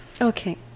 Okay